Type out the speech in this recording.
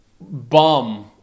bum